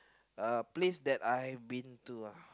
uh place that I have been to uh